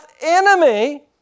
enemy